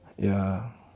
ya